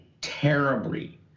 terribly